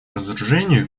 разоружению